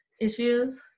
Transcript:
issues